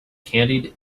candied